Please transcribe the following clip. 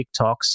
TikToks